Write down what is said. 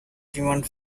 demand